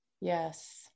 Yes